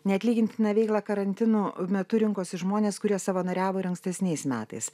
neatlygintiną veiklą karantino metu rinkosi žmonės kurie savanoriavo ir ankstesniais metais